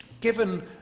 given